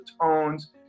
tones